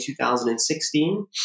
2016